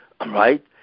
right